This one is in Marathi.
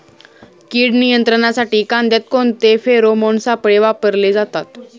कीड नियंत्रणासाठी कांद्यात कोणते फेरोमोन सापळे वापरले जातात?